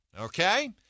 Okay